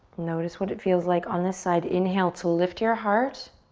notice what it feels like on this side. inhale to lift your heart.